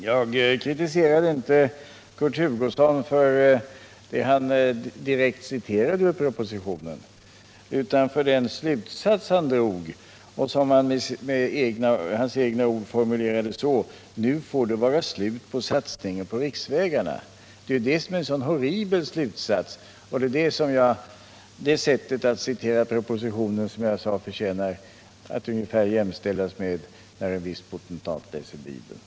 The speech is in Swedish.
Jag kritiserade inte Kurt Hugosson för det han direkt citerade ur propositionen, utan för den slutsats han drog och som han formulerade: ”Nu får det vara slut på satsningen på riksvägarna.” Det är det som är en så horribel slutsats och det är det sättet att citera propositionen som jag sade förtjänar att jämställas med när en viss potentat läser Bibeln.